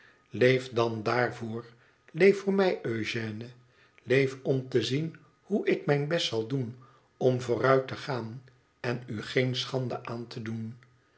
dan daarvoor leef voor mij eugène leef om te zien hoe ik mijn best zal doen om vooruit te gaan en u geen schande aan te doen